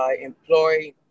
employ